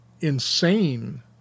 insane